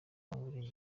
buri